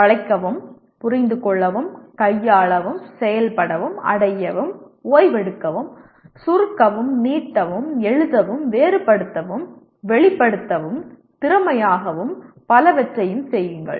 வளைக்கவும் புரிந்து கொள்ளவும் கையாளவும் செயல்படவும் அடையவும் ஓய்வெடுக்கவும் சுருக்கவும் நீட்டவும் எழுதவும் வேறுபடுத்தவும் வெளிப்படுத்தவும் திறமையாகவும் பலவற்றையும் செய்யுங்கள்